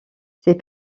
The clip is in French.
ces